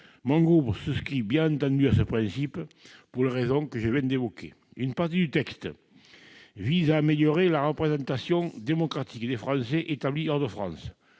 Mon groupe souscrit bien entendu à ce principe, pour les raisons que je viens d'évoquer. Une partie du texte vise à améliorer la représentation démocratique des Français établis hors de France.